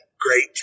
great